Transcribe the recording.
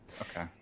Okay